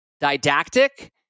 didactic